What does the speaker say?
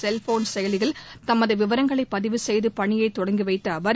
cellphone செயலியில் தமது விவரங்களை பதிவு செய்து பணியைத் தொடங்கி வைத்த அவர்